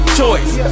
choice